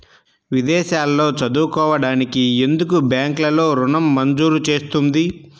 విదేశాల్లో చదువుకోవడానికి ఎందుకు బ్యాంక్లలో ఋణం మంజూరు చేస్తుంది?